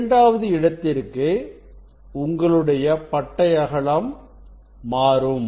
இரண்டாவது இடத்திற்கு உங்களுடைய பட்டை அகலம் மாறும்